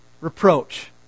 Reproach